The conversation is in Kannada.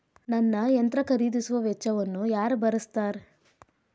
ನನ್ನ ಯಂತ್ರ ಖರೇದಿಸುವ ವೆಚ್ಚವನ್ನು ಯಾರ ಭರ್ಸತಾರ್?